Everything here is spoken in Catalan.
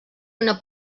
una